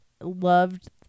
loved